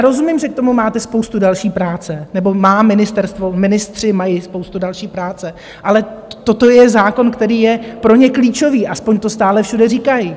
Rozumím, že k tomu máte spoustu další práce, nebo má ministerstvo, ministři mají spoustu další práce, ale toto je zákon, který je pro ně klíčový, aspoň to stále všude říkají.